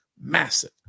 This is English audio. massive